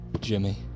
Jimmy